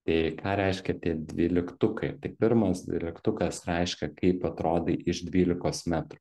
tai ką reiškia tie dvyliktukai tai pirmas dvyliktukas reiškia kaip atrodai iš dvylikos metrų